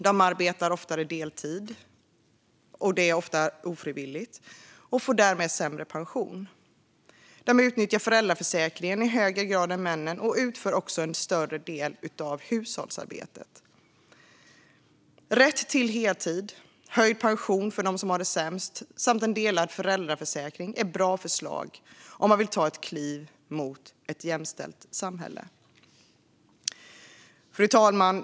De arbetar oftare deltid - ofta ofrivilligt - och får därmed sämre pension. De utnyttjar föräldraförsäkringen i högre grad än männen och utför också en större del av hushållsarbetet. Rätt till heltid, höjd pension för dem som har det sämst samt en delad föräldraförsäkring är bra förslag om man vill ta ett kliv mot ett jämställt samhälle. Fru talman!